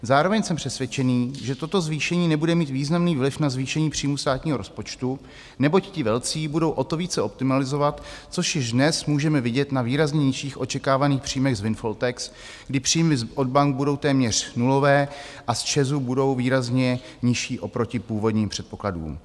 Zároveň jsem přesvědčen, že toto zvýšení nebude mít významný vliv na zvýšení příjmů státního rozpočtu, neboť ti velcí budou o to více optimalizovat, což již dnes můžeme vidět na výrazně nižších očekávaných příjmech z windfall tax, kdy příjmy od bank budou téměř nulové a z ČEZu budou výrazně nižší oproti původním předpokladům.